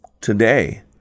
Today